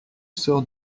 sort